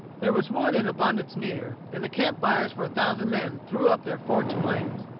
there was wood in abundance near, and the camp-fires for a thousand men threw up their forked flames,